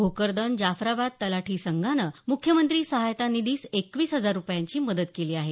भोकरदन जाफराबाद तलाठी संघानं मुख्यमंत्री सहायता निधीस एकवीस हजार रूपयांची मदत केली आहे